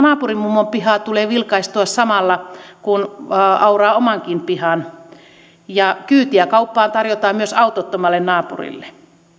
naapurin mummon pihaa tulee vilkaistua samalla kun auraa omankin pihan ja kyytiä kauppaan tarjotaan myös autottomalle naapurille